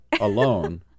alone